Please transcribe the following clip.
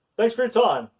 thanks for your time.